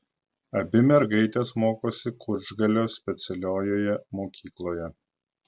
abi mergaitės mokosi kučgalio specialiojoje mokykloje